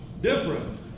different